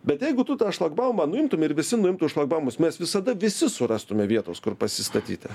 bet jeigu tu tą šlagbaumą nuimtum ir visi nuimtų šlagbaumus mes visada visi surastume vietos kur pasistatyti